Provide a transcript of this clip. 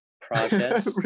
project